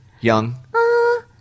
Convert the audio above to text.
young